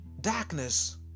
darkness